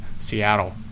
Seattle